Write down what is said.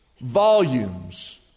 volumes